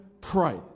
pray